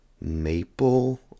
maple